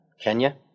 Kenya